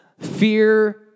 Fear